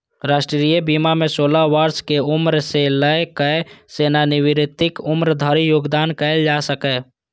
राष्ट्रीय बीमा मे सोलह वर्ष के उम्र सं लए कए सेवानिवृत्तिक उम्र धरि योगदान कैल जा सकैए